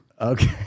okay